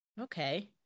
Okay